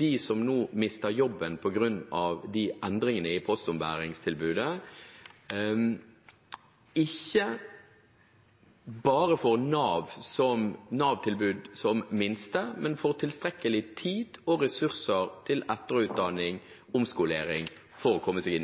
de som nå mister jobben på grunn av endringene i postombæringstilbudet, ikke bare får Nav-tilbud, som er det minste tilbudet, men får tilstrekkelig med tid og ressurser til etterutdanning eller omskolering for å komme seg